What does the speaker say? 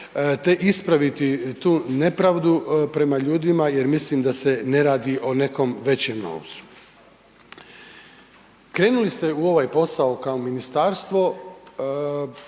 te ispraviti tu nepravdu prema ljudima jer mislim da se ne radi o nekom većem novcu. Krenuli ste u ovaj posao kao ministarstvo,